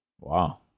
Wow